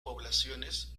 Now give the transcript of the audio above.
poblaciones